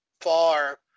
far